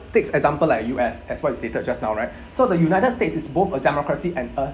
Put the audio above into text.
takes example like U_S as what you stated just now right so the united states is both a democracy and a